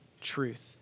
truth